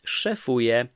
szefuje